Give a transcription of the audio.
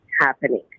happening